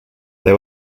they